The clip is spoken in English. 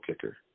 kicker